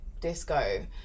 disco